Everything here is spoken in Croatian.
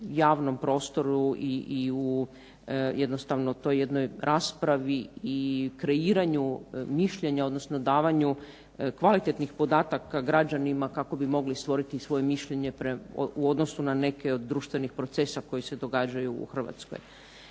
u javnom prostoru i u jednostavno toj jednoj raspravi i kreiranju mišljenja, odnosno davanju kvalitetnih podataka građanima kako bi mogli stvoriti svoje mišljenje u odnosu na neke od društvenih procesa koji se događaju u Hrvatskoj.